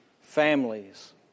families